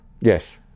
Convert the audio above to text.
yes